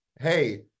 hey